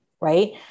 right